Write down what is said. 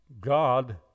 god